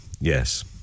Yes